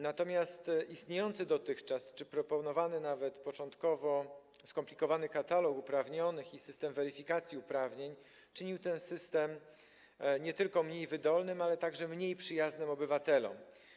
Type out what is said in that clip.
Natomiast istniejący dotychczas czy proponowany nawet początkowo skomplikowany katalog uprawnionych i system weryfikacji uprawnień czyniły ten system nie tylko mniej wydolnym, ale także mniej przyjaznym obywatelom.